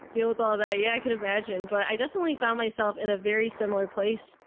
deal with all that. yeah. i could imagine, but i definitely found myself in a very similar place.